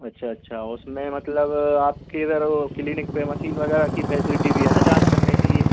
अच्छा अच्छा उसमें मतलब आपके इधर वो क्लीनिक पर मशीन वगैरह की फैसिलिटी भी है ना जाँच करने के लिए